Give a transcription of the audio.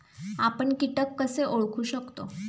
आपण कीटक कसे ओळखू शकतो?